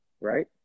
right